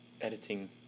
editing